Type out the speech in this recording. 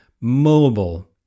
mobile